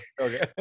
Okay